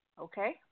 Okay